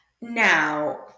Now